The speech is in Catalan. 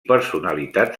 personalitats